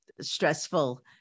stressful